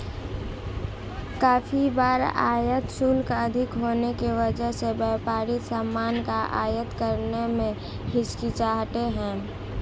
काफी बार आयात शुल्क अधिक होने की वजह से व्यापारी सामान का आयात करने में हिचकिचाते हैं